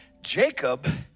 Jacob